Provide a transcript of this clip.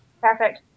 Perfect